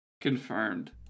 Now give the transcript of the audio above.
confirmed